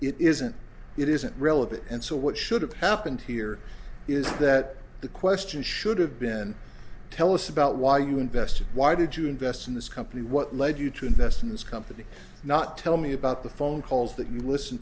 it isn't it isn't relevant and so what should have happened here is that the question should have been tell us about why you invested why did you invest in this company what led you to invest in this company not tell me about the phone calls that you listen